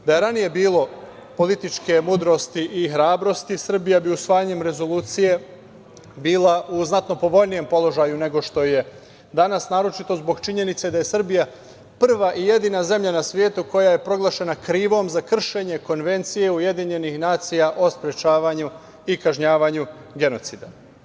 Da je ranije bilo političke mudrosti i hrabrosti Srbija bi usvajanjem rezolucije bila u znatno povoljnijem položaju nego što je danas, naročito zbog činjenice da je Srbija prva i jedina zemlja na svetu koja je proglašena krivom za kršenje Konvencije Ujedinjenih nacija o sprečavanju i kažnjavanju genocida.